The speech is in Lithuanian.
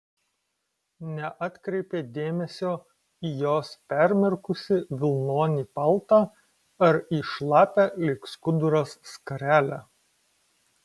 neatkreipė dėmesio į jos permirkusį vilnonį paltą ar į šlapią lyg skuduras skarelę